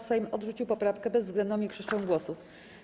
Sejm odrzucił poprawkę bezwzględną większością głosów.